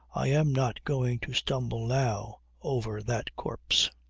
i am not going to stumble now over that corpse.